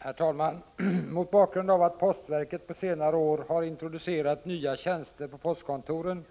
Herr talman! Mot bakgrund av att postverket på senare år har introducerat nya tjänster på postkontoren